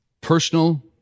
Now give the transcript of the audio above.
Personal